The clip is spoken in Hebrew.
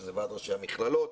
שזה ועד ראשי המכללות,